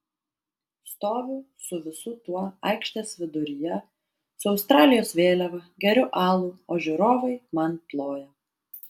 stoviu su visu tuo aikštės viduryje su australijos vėliava geriu alų o žiūrovai man ploja